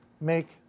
make